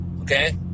Okay